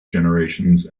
generations